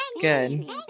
Good